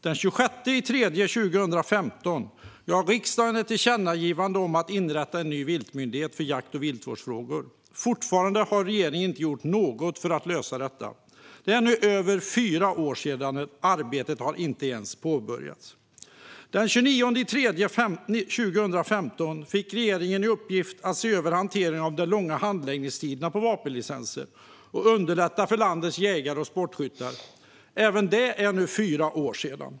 Den 26 mars 2015 gav riksdagen ett tillkännagivande till regeringen om att inrätta en ny viltmyndighet för jakt och viltvårdsfrågor. Regeringen har fortfarande inte gjort något för att lösa detta. Det är nu över fyra år sedan, och arbetet har inte ens påbörjats. I mars 2015 fick regeringen också i uppgift att se över hanteringen av de långa handläggningstiderna på vapenlicenser och underlätta för landets jägare och sportskyttar. Även det är över fyra år sedan.